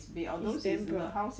is damn broad